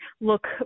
look